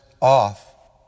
off